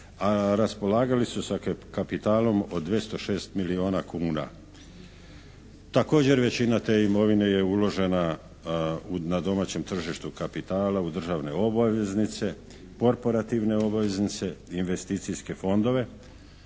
a raspolagali su sa kapitalom od 206 milijuna kuna. Također većina te imovine je uložena na domaćem tržištu kapitala u državne obaveznice, porporativne obaveznice, investicijske fondove